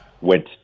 went